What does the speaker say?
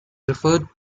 referred